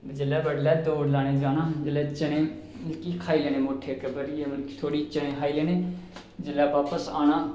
जेल्लै बड्डलै दौड़ लाने गी जान जेल्लै चने कि खाई लैने मुट्ठ इक भरियै मतलब कि थोह्ड़े चने खाई लैने जेल्लै बापस आना